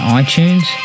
iTunes